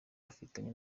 bafitanye